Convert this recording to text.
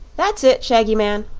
that's it, shaggy man.